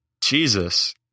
Jesus